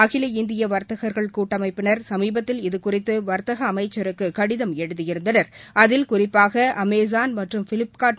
அகில இந்தியவர்த்தகர்கள் கூட்டமைப்பினர் சமீபத்தில் இதுகுறித்துவர்த்தகஅமைச்சருக்குகூதம் அதில் குறிப்பாகஅமேசான் மற்றும் எழுதியிருந்தனர்